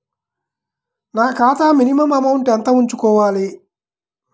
నా ఖాతా minimum amount ఎంత ఉంచుకోవాలి?